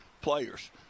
players